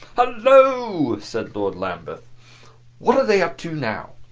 hallo! said lord lambeth what are they up to now?